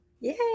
Yay